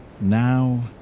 Now